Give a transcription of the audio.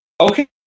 Okay